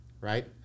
right